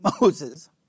Moses